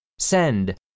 send